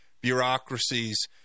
bureaucracies